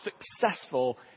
successful